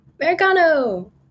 Americano